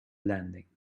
landing